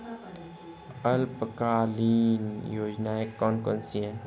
अल्पकालीन योजनाएं कौन कौन सी हैं?